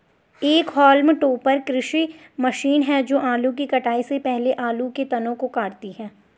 एक haulm topper कृषि machine है जो आलू की कटाई से पहले आलू के तनों को काटती है